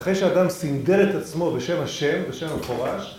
אחרי שאדם סינדל את עצמו בשם השם, בשם החורש